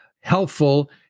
helpful